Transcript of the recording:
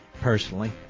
personally